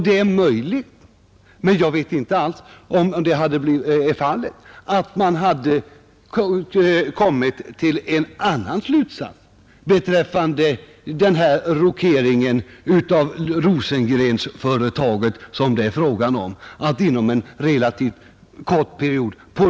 Det är möjligt — jag vet inte alls om det hade blivit fallet — att man under sådana förhållanden hade kommit till en annan slutsats beträffande den rockering av Rosengrensföretaget som det är fråga om.